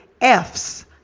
Fs